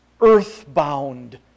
earthbound